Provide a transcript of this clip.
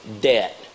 debt